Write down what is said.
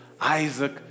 Isaac